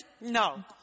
No